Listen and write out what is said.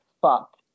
fuck